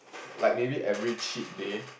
like maybe every cheat day